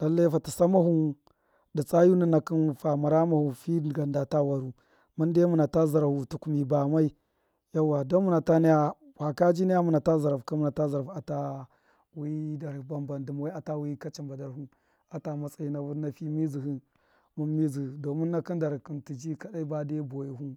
Lallai fata sama hu dṫ tsa yu ninakṫ fa mara ghama fu fi dṫgan nda ta waru mṫn dai nuna ta zara fu tuku mi bamai yauwa don muna ta naya faka ji naya muna ta zarahu ka muna ta zarafu ata wi darhṫ ba mbam dṫma wai muna ba zarafu ata wi, kachaba darhu ata matsayi nafu na fi mizdṫhṫ mun mizdṫhṫ domin nakṫn darhṫ kṫn tṫ ji kadai ba de bawe fu